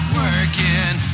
working